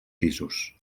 pisos